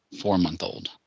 four-month-old